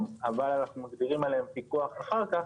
אבל אנחנו מגדילים עליהם פיקוח אחר כך,